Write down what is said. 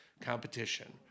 competition